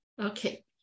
Okay